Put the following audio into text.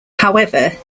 however